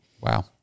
Wow